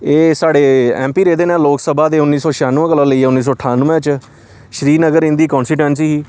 एह् साढ़े एमपी रेह्दे न लोक सभा दे उन्नी सौ छेआनुए कोला लेइयै उन्नी सौ ठानुऐ च श्रीनगर इंदी कंस्टीटुसी ही